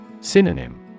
Synonym